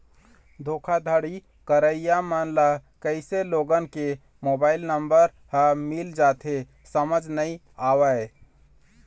धोखाघड़ी करइया मन ल कइसे लोगन के मोबाईल नंबर ह मिल जाथे समझ नइ आवय